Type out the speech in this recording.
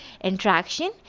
interaction